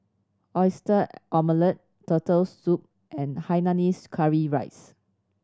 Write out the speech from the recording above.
Oyster Omelette Turtle Soup and hainanese curry rice